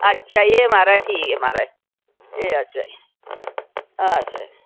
अच्छा एह् महाराज ठीक ऐ महाराज एह् अच्छा जी अच्छा जी